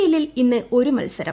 എല്ലിൽ ഇന്ന് ഒരു മത്സരം